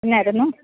എന്നായിരുന്നു